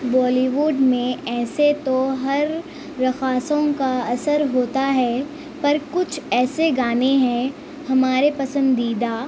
بالی would میں ایسے تو ہر رقاصوں کا اثر ہوتا ہے پر کچھ ایسے گانے ہیں ہمارے پسندیدہ